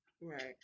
Right